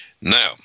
Now